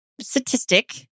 statistic